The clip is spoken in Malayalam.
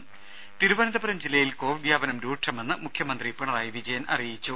രാമ തിരുവനന്തപുരം ജില്ലയിൽ കോവിഡ് വ്യാപനം രൂക്ഷമെന്ന് മുഖ്യമന്ത്രി പിണറായി വിജയൻ അറിയിച്ചു